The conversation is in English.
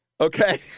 Okay